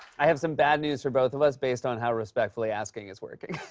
i have some bad news for both of us based on how respectfully asking is working.